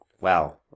Wow